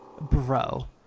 bro